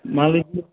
मान लीजिए